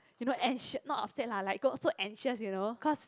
you know anxio~ not upset lah like got so anxious you know because